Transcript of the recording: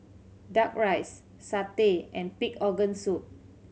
Duck Rice satay and pig organ soup